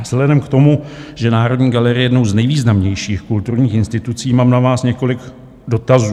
Vzhledem k tomu, že Národní galerie je jednou z nejvýznamnějších kulturních institucí, mám na vás několik dotazů.